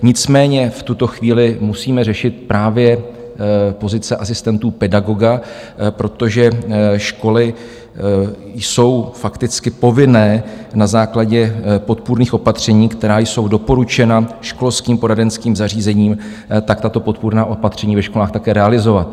Nicméně v tuto chvíli musíme řešit právě pozice asistentů pedagoga, protože školy jsou fakticky povinné na základě podpůrných opatření, která jsou doporučena školským poradenským zařízením, tato podpůrná opatření ve školách také realizovat.